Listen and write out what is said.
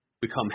become